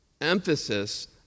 emphasis